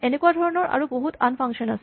এনেকুৱা ধৰণৰ আৰু বহুত আন ফাংচন আছে